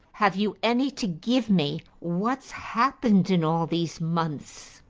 have you any to give me? what's happened in all these months?